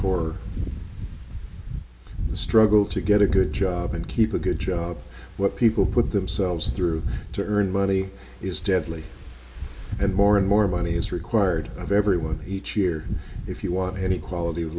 much or the struggle to get a good job and keep a good job what people put themselves through to earn money is deadly and more and more money is required of everyone each year if you want any quality of